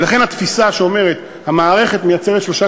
ולכן התפיסה שאומרת: המערכת מייצרת שלושה